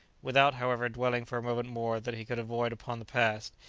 without, however, dwelling for a moment more than he could avoid upon the past,